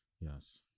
Yes